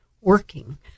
working